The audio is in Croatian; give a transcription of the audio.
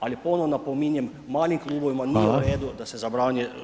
Ali ponovno napominjem, malim klubovima nije u redu da se zabrani